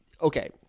Okay